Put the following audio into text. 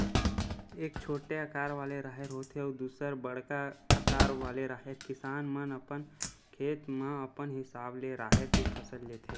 एक छोटे अकार वाले राहेर होथे अउ दूसर बड़का अकार वाले राहेर, किसान मन अपन खेत म अपन हिसाब ले राहेर के फसल लेथे